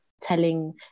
telling